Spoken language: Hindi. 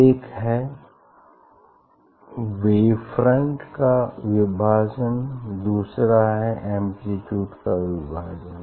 एक है वेवफ्रंट का विभाजन और दूसरा है एम्प्लीट्यूड का विभाजन